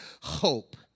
hope